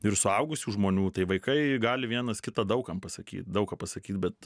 ir suaugusių žmonių tai vaikai gali vienas kitą daug kam pasakyt daug ką pasakyt bet